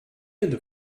and